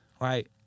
right